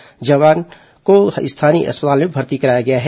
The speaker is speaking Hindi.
घायल जवान को स्थानीय अस्पताल में भर्ती कराया गया है